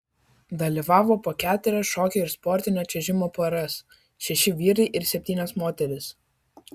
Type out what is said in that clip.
dalyvavo po keturias šokių ir sportinio čiuožimo poras šeši vyrai ir septynios moterys